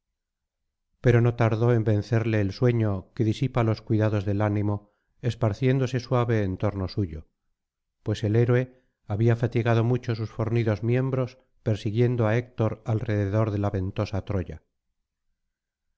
pero no tardó en vencerle el sueño que disipa los cuidados del ánimo esparciéndose suave en torno suyo pues el héroe había fatigfado mucho sus fornidos miembros persiguiendo á héctor alrededor de la ventosa tro